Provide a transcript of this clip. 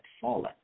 fallen